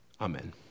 Amen